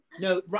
no